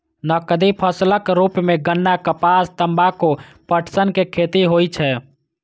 नकदी फसलक रूप मे गन्ना, कपास, तंबाकू, पटसन के खेती होइ छै